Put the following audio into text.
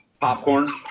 Popcorn